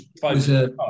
five